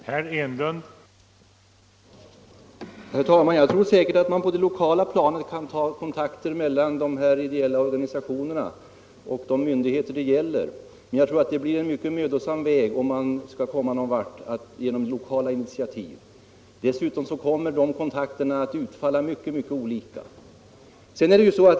Herr talman! Jag tror säkerligen att man på det lokala planet kan ta kontakter mellan de ideella organisationerna och de berörda myndigheterna. Men jag tror att det blir mycket mödosamt att komma någon vart genom lokala initiativ. Dessutom kommer dessa kontakter att utfalla mycket olika.